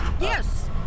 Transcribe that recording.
Yes